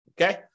okay